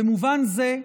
במובן זה,